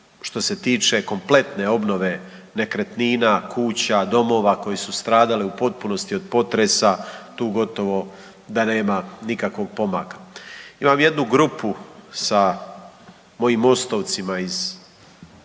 što se tiče kompletne obnove nekretnina, kuća, domova koji su stradali u potpunosti od potresa tu gotovo da nema nikakvog pomaka. Imam jednu grupu sa mojim Mostovcima s Banovine